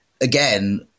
again